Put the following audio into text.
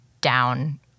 down